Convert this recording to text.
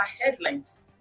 headlines